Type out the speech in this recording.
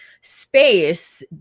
space